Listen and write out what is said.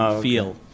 feel